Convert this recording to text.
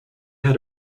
had